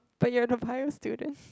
but you're the bio student